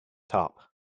top